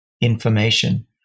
information